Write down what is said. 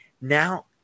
Now